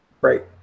Right